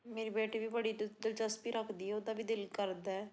ਮੇਰੀ ਬੇਟੀ ਵੀ ਬੜੀ ਦ ਦਿਲਚਸਪੀ ਰੱਖਦੀ ਉਹਦਾ ਵੀ ਦਿਲ ਕਰਦਾ